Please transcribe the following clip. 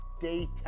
data